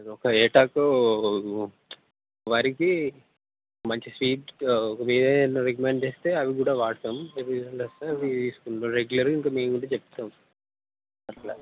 సరే ఏటాకు వరికి మంచి సీడ్స్ మీరే ఏదైనా రికమెండ్ చేస్తే అవి కూడా వాడతాం ఇవి రెండు వస్తే అవి తీసుకుం రెగ్యులర్గా ఇంక మేము కూడా చెప్తాం అట్లా